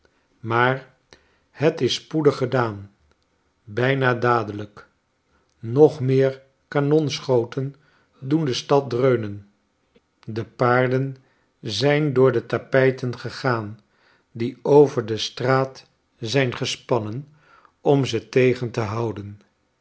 maar het is spoedig gedaan bijna dadelijk nog meer kanonschoten doen de stad dreunen de paarden zijn door de tapijten gegaan die over de straat zijn gespannen om ze tegen te houden